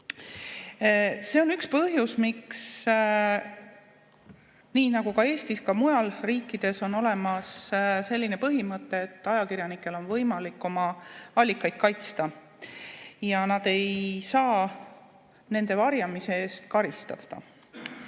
See on üks põhjus, miks Eestis nii nagu ka mujal riikides on olemas selline põhimõte, et ajakirjanikel on võimalik oma allikaid kaitsta ja nad ei saa nende varjamise eest karistada.